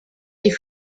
die